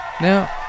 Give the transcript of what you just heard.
Now